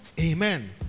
Amen